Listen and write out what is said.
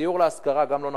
דיור להשכרה, גם לא נכון.